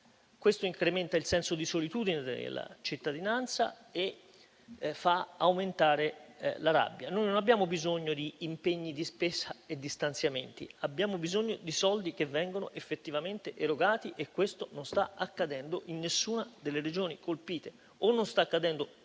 Questo incrementa il senso di solitudine della cittadinanza e fa aumentare il sentimento di rabbia. Noi non abbiamo bisogno di impegni di spesa e di stanziamenti: abbiamo bisogno di soldi che vengono effettivamente erogati e questo non sta accadendo in nessuna delle Regioni colpite;